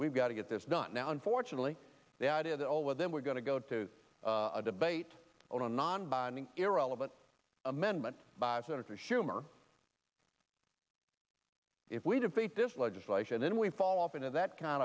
we've got to get this done now unfortunately the idea that all well then we're going to go to a debate on a non binding irrelevant amendment by senator schumer if we defeat this legislation then we fall off into that kind